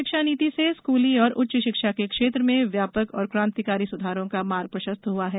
शिक्षा नीति से स्कूली और उच्च शिक्षा के क्षेत्र में व्यापक और क्रांतिकारी सुधारों को मार्ग प्रशस्त हुआ है